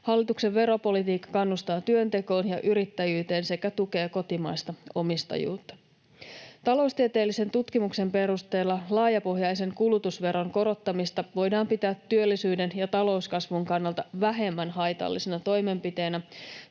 Hallituksen veropolitiikka kannustaa työntekoon ja yrittäjyyteen sekä tukee kotimaista omistajuutta. Taloustieteellisen tutkimuksen perusteella laajapohjaisen kulutusveron korottamista voidaan pitää työllisyyden ja talouskasvun kannalta vähemmän haitallisena toimenpiteenä